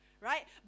right